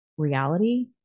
reality